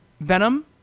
Venom